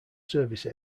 service